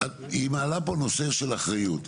היא מעלה פה נושא של אחריות.